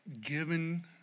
given